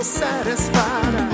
satisfied